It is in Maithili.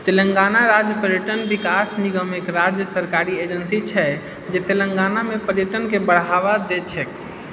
तेलङ्गाना राज्य पर्यटन विकास निगम एक राज्य सरकारी एजेंसी छै जे तेलङ्गानामे पर्यटनके बढ़ावा दए छैक